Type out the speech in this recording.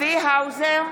צבי האוזר,